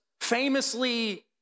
famously